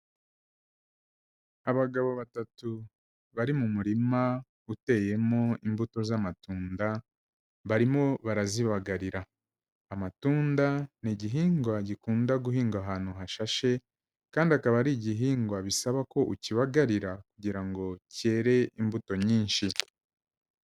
Abagabo batatu bari mu murima uteyemo imbuto z'amatunda, barimo barazibagarira. Amatunda ni igihingwa gikunda guhingwa ahantu hashashe kandi akaba ari igihingwa bisaba ko ukibagarira kugira ngo cyere imbuto nyinshi.